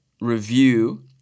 review